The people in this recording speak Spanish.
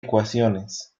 ecuaciones